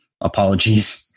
apologies